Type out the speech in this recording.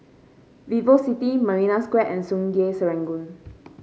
Vivo City Marina Square and Sungei Serangoon